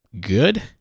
good